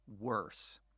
worse